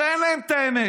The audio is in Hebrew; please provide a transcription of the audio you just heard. הרי אין להם את האמת.